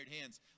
hands